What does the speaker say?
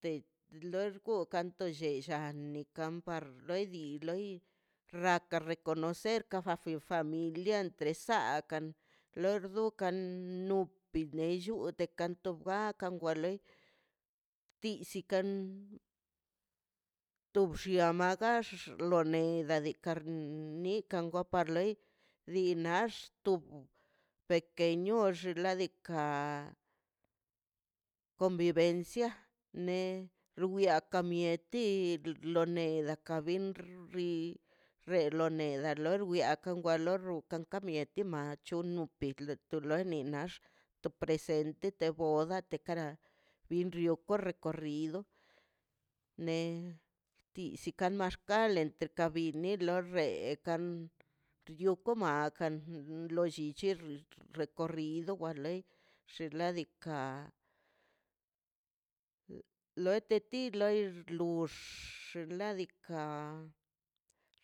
Te lor gugan te lle llan ni kan par lodi di loi rraka reconocera fa familia tresaakan lor dukan nu pilellu te kanto ga wa loi tiisi kan to bxi aman gax lo leida nekan nen nikan wa par loi li nax to pequeño xnaꞌ diikaꞌ convivencia neka wxneti lo neda wa ka bin ri lo reneda wa lor loi lo ruda wa ka mieti machu lo to presente tobota kara bin rrio korre recorrido nee ti maxlale bini lo rekan toko makan lo llichi recorrido wa loi xinladika loi teti loi lux ladika